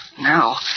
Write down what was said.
Now